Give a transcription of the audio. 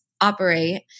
operate